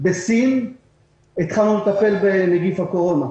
בסין התחלנו לטפל בנגיף הקורונה,